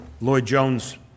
Lloyd-Jones